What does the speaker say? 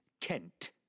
Kent